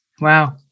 Wow